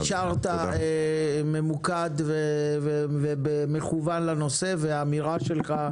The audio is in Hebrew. תודה שנשארת ממוקד ומכוון לנושא, והאמירה שלך,